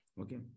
Okay